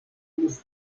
los